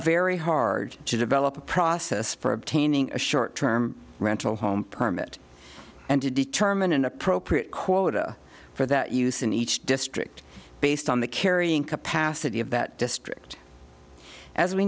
very hard to develop a process for obtaining a short term rental home permit and to determine an appropriate quota for that use in each district based on the carrying capacity of that district as we